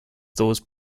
those